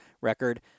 record